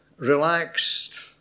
Relaxed